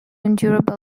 endurable